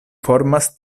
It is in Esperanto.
formas